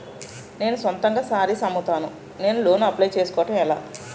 నేను సొంతంగా శారీస్ అమ్ముతాడ, నేను లోన్ అప్లయ్ చేసుకోవడం ఎలా?